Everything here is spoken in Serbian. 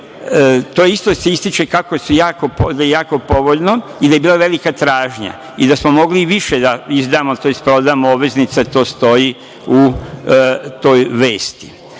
isto se ističe kako su jako povoljne i da je bila velika tražnja i da smo mogli i više da izdamo, tj. prodamo obveznica, to stoji u toj vesti,